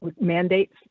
mandates